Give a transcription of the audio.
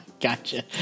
Gotcha